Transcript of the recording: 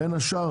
בין השאר,